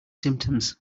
symptoms